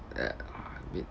ya a bit